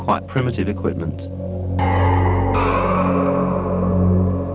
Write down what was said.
quite primitive equipment